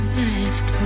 left